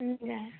हजुर